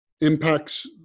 impacts